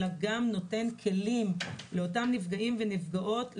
אלא גם נותן כלים לאותם נפגעים ונפגעות לחיים,